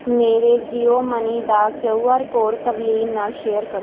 ਮੇਰਾ ਜੀਓ ਮਨੀ ਦਾ Q R code Tavleen ਨਾਲ ਸ਼ੇਅਰ ਕਰੋ